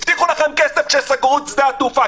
הבטיחו לכם כסף כשסגרו את שדה התעופה.